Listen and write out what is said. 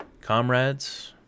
comrades